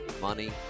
money